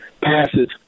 passes